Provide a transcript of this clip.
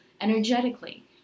energetically